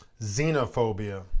Xenophobia